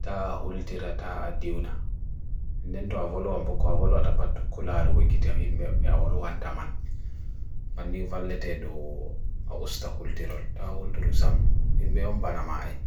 taha hultira, taha adiuna. Inden toa waluwan boku, waluwata patukularu wiki tewe bia waluwan taman, bani valete doa usta hultirol, taha hultiru sam, imbe umpana mai.